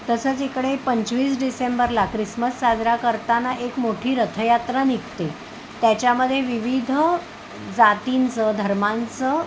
तसंच इकडे पंचवीस डिसेंबरला क्रिसमस साजरा करताना एक मोठी रथयात्रा निघते त्याच्यामध्ये विविध जातींचं धर्मांचं